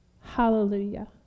Hallelujah